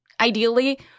Ideally